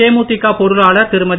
தேமுதிக பொருளாளர் திருமதி